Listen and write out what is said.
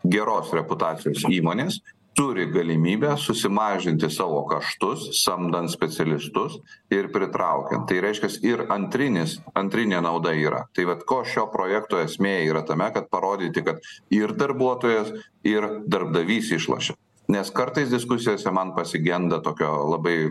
geros reputacijos įmonės turi galimybę susimažinti savo kaštus samdant specialistus ir pritraukiant tai reiškias ir antrinis antrinė nauda yra vat ko šio projekto esmė yra tame kad parodyti kad ir darbuotojas ir darbdavys išlošia nes kartais diskusijose man pasigenda tokio labai